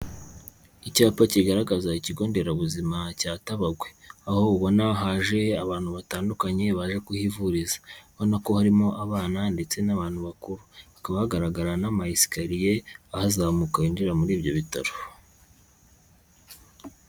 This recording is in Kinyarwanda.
Icyapa kigaragaza ikigo nderabuzima cya Tabagwe. Aho ubona haje abantu batandukanye baje kuhivuriza. Ubona ko harimo abana ndetse n'abantu bakuru. Hakaba hagaragara n'ama esikariye ahazamuka yinjira muri ibyo bitaro.